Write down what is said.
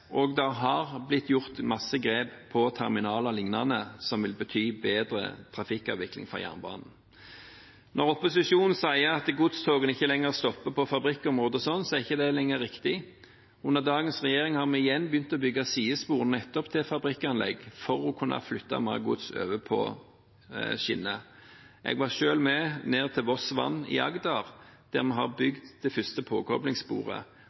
og det har blitt gjort mange grep på terminaler o.l. som vil bety bedre trafikkavvikling for jernbanen. Når opposisjonen sier at godstogene ikke lenger stopper på fabrikkområder, er ikke det riktig. Under dagens regjering har vi igjen begynt å bygge sidespor nettopp til fabrikkanlegg for å kunne flytte mer gods over på skinner. Jeg var selv med ned til Voss-vann i Agder, der vi har